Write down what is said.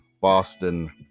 Boston